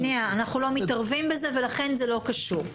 אנחנו לא מתערבים בזה ולכן זה לא קשור.